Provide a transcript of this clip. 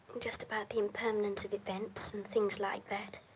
just about the impermanence of events and things like that.